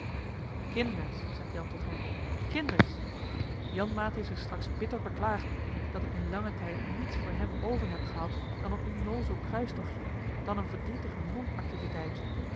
kinders zegt jan tot hen kinders janmaat heeft zich straks bitter beklaagd dat ik in langen tijd niets voor hem over heb gehad dan een onnoozel kruistogtje dan eene verdrietige non activiteit